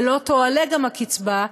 ולא תועלה גם הקצבה,